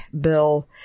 bill